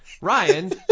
Ryan